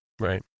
Right